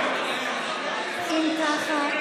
אם ככה,